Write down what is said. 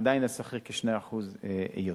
עדיין השכיר כ-2% יותר.